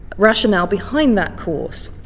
rationale behind that course.